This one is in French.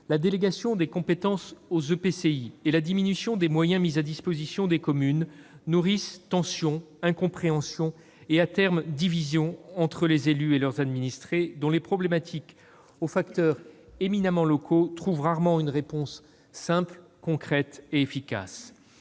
la délégation de compétences aux EPCI et la diminution des moyens mis à la disposition des communes nourrissent les tensions, les incompréhensions et, à terme, les divisions entre les élus et leurs administrés, dont les problématiques, aux facteurs éminemment locaux, trouvent rarement une réponse simple, concrète et efficace.